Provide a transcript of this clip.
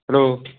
hello